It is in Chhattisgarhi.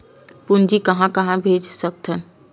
पूंजी कहां कहा भेज सकथन?